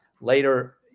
later